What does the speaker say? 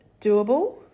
doable